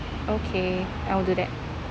okay I will do that